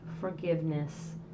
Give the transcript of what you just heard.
forgiveness